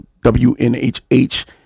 WNHH